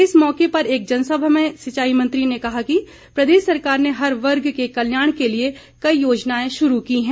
इस मौके पर एक जनसभा में सिंचाई मंत्री ने कहा कि प्रदेश सरकार ने हर वर्ग के कल्याण के लिए कई योजनाएं शुरू की हैं